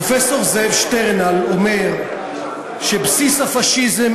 פרופסור זאב שטרנהל אומר שבסיס הפאשיזם